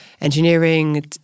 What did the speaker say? engineering